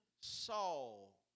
Saul